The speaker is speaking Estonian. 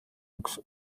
üks